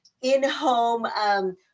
in-home